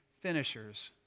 finishers